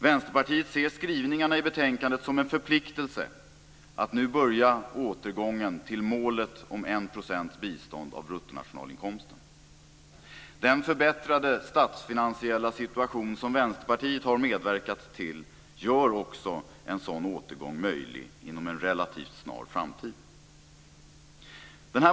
Vänsterpartiet ser skrivningarna i betänkandet som en förpliktelse att nu börja återgången till målet om 1 % bistånd av bruttonationalinkomsten. Den förbättrade statsfinansiella situation som Vänsterpartiet har medverkat till gör också en sådan återgång möjlig inom en relativt snar framtid.